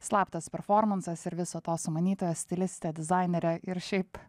slaptas performansas ir viso to sumanytoja stilistė dizainerė ir šiaip